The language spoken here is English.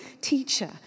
teacher